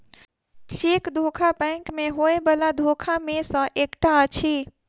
cheque धोखा bank मे होयबला धोखा मे सॅ एकटा अछि